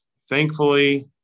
thankfully